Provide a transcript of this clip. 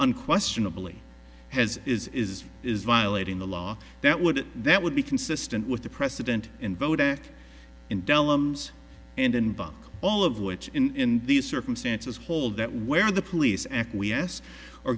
unquestionably has is is is violating the law that would that would be consistent with the president and vote in dellums and and all of which in these circumstances hold that where the police acquiesce or